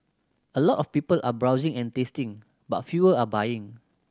a lot of people are browsing and tasting but fewer are buying